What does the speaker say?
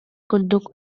курдук